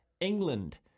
england